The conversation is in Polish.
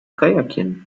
kajakiem